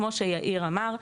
כמו שיאיר אמר,